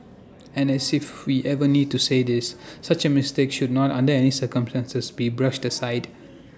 and as if we even need to say this such A mistake should not under any circumstances be brushed aside